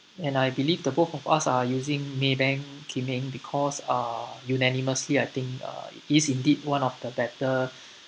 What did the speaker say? and I believe the both of us are using maybank kim eng because ah unanimously I think uh it is indeed one of the better